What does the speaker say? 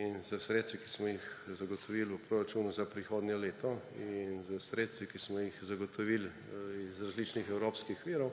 In s sredstvi, ki smo jih zagotovili v proračunu za prihodnje leto, in s sredstvi, ki smo jih zagotovili iz različnih evropskih virov,